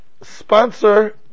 sponsor